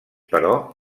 però